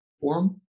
forum